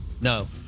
no